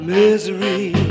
misery